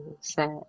sad